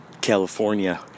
California